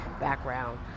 background